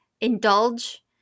indulge